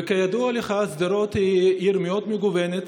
וכידוע לך שדרות היא עיר מאוד מגוונת,